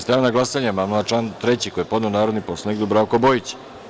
Stavljam na glasanje amandman na član 3. koji je podneo narodni poslanik Dubravko Bojić.